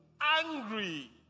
angry